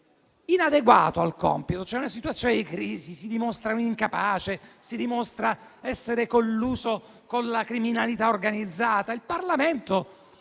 inadeguato al compito, se c'è una situazione di crisi, se si dimostra incapace, se dimostra essere colluso con la criminalità organizzata, il Parlamento